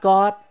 God